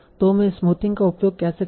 तो मैं स्मूथिंग का उपयोग कैसे करूँ